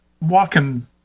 walking